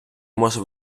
може